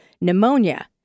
pneumonia